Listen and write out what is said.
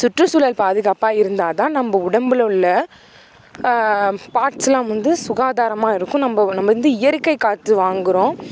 சுற்றுசூழல் பாதுகாப்பாக இருந்தால் தான் நம்ம உடம்பில் உள்ள பார்ட்ஸ்லாம் வந்து சுகாதாரமாக இருக்கும் நம்ம நம்ம வந்து இயற்கை காற்று வாங்குகிறோம்